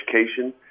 education